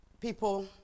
people